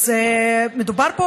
אז מדובר פה